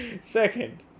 Second